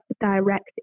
direct